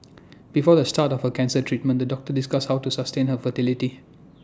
before the start of her cancer treatment the doctors discussed how to sustain her fertility